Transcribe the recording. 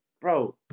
bro